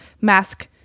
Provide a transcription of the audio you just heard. mask